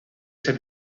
ser